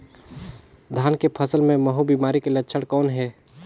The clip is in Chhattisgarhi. धान के फसल मे महू बिमारी के लक्षण कौन हे?